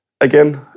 again